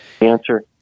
Answer